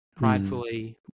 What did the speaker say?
pridefully